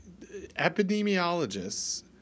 epidemiologists